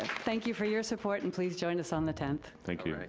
thank you for your support, and please join us on the tenth. thank you.